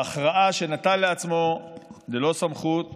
בהכרעה שנטל לעצמו ללא סמכות